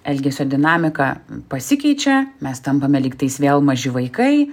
elgesio dinamika pasikeičia mes tampame lygtais vėl maži vaikai